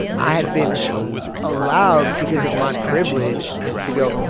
i had been allowed because of my privilege to go,